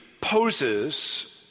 poses